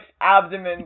abdomen